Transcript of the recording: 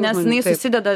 nes jinai susideda